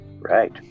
right